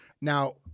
Now